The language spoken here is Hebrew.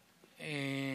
שקנו,